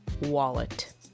wallet